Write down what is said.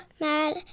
mad